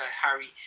Harry